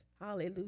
hallelujah